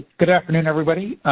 good afternoon everybody.